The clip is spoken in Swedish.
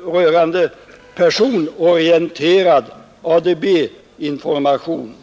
rörande personorienterad ADB-information.